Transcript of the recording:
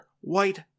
white